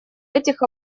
этих